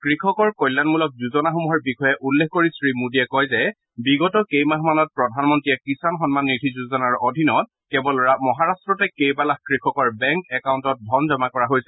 কৃষকৰ কল্যাণমূলক যোজনাসমূহৰ বিষয়ে উল্লেখ কৰি শ্ৰীমোদীয়ে কয় যে বিগত কেইমাহত প্ৰধানমন্ত্ৰীয়ে কিষাণ সন্মান নিধি যোজনাৰ অধীনত কেৱল মহাৰাট্টতেই কেইবালাখ কৃষকৰ বেংক একউণ্টত ধন জমা কৰা হৈছে